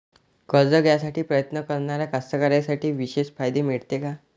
कर्ज घ्यासाठी प्रयत्न करणाऱ्या कास्तकाराइसाठी विशेष फायदे मिळते का?